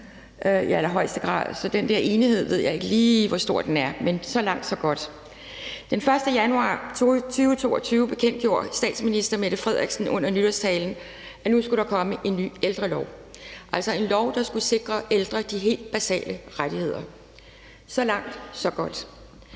Den 1. januar 2022 bekendtgjorde statsministeren under nytårstalen, at nu skulle der komme en ny ældrelov, altså en lov, der skulle sikre ældre de helt basale rettigheder. Så langt, så godt.